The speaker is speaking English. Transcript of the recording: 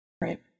right